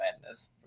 Madness